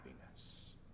happiness